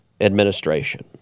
administration